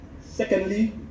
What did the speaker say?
Secondly